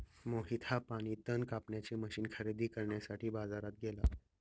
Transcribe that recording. मोहित हा पाणी तण कापण्याचे मशीन खरेदी करण्यासाठी बाजारात गेला